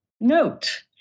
note